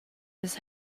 his